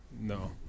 No